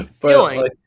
Feeling